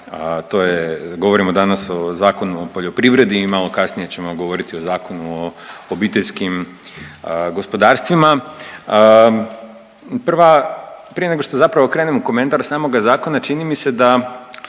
to je, govorimo danas o Zakonu o poljoprivredi i malo kasnije ćemo govoriti o Zakonu o obiteljskim gospodarstvima. Prva, prije nego što zapravo krenem u komentar samoga zakona, čini mi se da